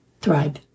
Thrive